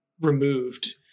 removed